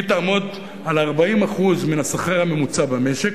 היא תעמוד על 40% מן השכר הממוצע במשק,